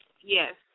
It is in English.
Yes